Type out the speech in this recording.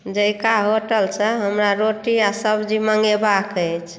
Zaika hotel सँ हमरा रोटी आ सब्जी मंगेबाक अछि